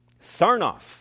Sarnoff